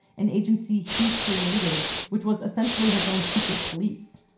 an agency he created which was essentially his own secret police.